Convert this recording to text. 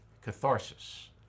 Catharsis